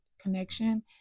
connection